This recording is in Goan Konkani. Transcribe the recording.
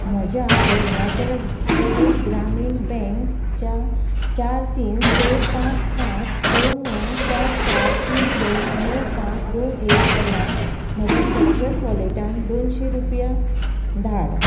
म्हज्या अरुणाचल प्रदेश ग्रामीण बँकच्या चार तीन स पांच पांच स णव चार चार तीन दोन णव पांच दोन एक तल्यान म्हजे सिट्रस वॉलेटान दोनशी रुपया धाड